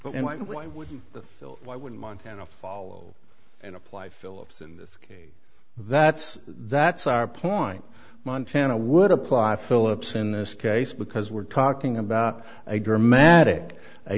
phil why would montana follow and apply phillips in this case that's that's our point montana would apply phillips in this case because we're talking about a dramatic a